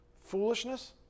foolishness